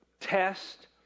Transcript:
test